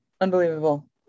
unbelievable